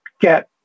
get